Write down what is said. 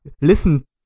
Listen